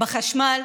בחשמל.